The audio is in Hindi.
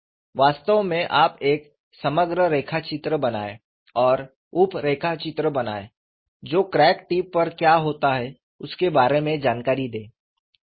वास्तव में आप एक समग्र रेखाचित्र बनाए और उप रेखाचित्र बनाए जो क्रैक टिप पर क्या होता है उसके बारे में जानकारी दे